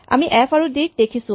আমি এফ আৰু ডি ক দেখিছো